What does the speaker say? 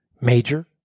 Major